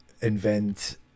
invent